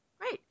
Right